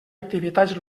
activitats